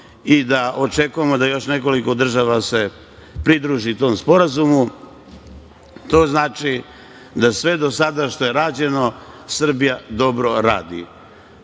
i da očekujemo da još nekoliko država se pridruži tom sporazumu. To znači da sve do sada što je rađeno Srbija dobro radi. Mi